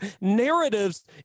narratives